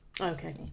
okay